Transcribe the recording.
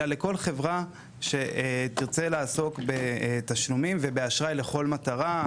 אלא לכל חברה שתרצה לעסוק בתשלומים ובאשראי לכל מטרה,